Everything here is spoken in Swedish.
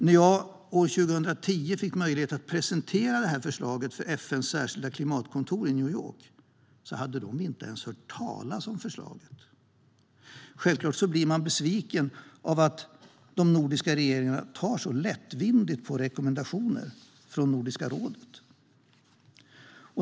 När jag år 2010 fick möjlighet att presentera förslaget för FN:s särskilda klimatkontor i New York hade de inte ens hört talas om det. Självklart blir man besviken när de nordiska regeringarna tar så lättvindigt på rekommendationer från Nordiska rådet.